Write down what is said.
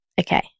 Okay